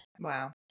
Wow